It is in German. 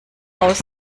aus